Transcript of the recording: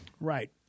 Right